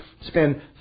spend